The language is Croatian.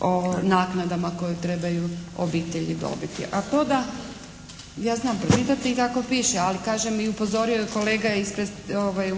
o naknadama koje trebaju obitelji dobiti. A to da …… /Upadica se ne čuje./ … Ja znam pročitati i tako piše. Ali kažem i upozorio je kolega ispred